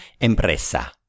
Empresa